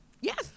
yes